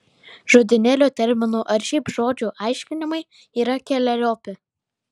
žodynėlio terminų ar šiaip žodžių aiškinimai yra keleriopi